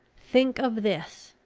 think of this.